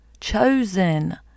chosen